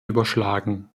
überschlagen